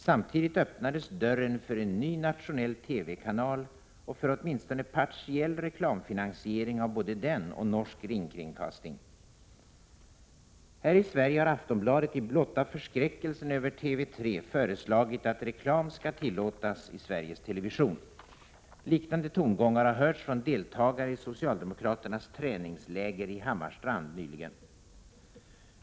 Samtidigt öppnades dörren för en ny nationell TV-kanal och för åtminstone partiell reklamfinansiering av både den och av Norsk Rikskringkasting. Här i Sverige har Aftonbladet i blotta förskräckelsen över TV 3 föreslagit att reklam skall tillåtas i Sveriges Television. Liknande tongångar har nyligen hörts från deltagare i socialdemokraternas träningsläger i Hammarstrand.